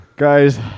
Guys